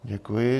Děkuji.